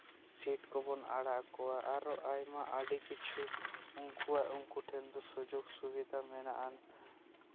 seat ᱠᱚᱵᱚᱱ ᱟᱲᱟᱜ ᱟᱠᱚᱣᱟ ᱟᱨ ᱟᱭᱢᱟ ᱟᱹᱰᱤ ᱠᱤᱪᱷᱩ ᱩᱱᱠᱩᱣᱟᱜ ᱩᱱᱠᱩ ᱴᱷᱮᱱ ᱫᱚ ᱥᱩᱡᱳᱜᱽ ᱥᱩᱵᱤᱫᱟ ᱢᱮᱱᱟᱜᱼᱟ